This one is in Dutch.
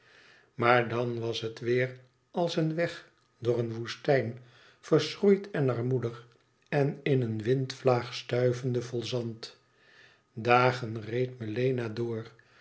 maar dan was het weêr als een weg door een woestijn verschroeid en armoedig en in een windvlaag stuivende vol zand dagen reed melena door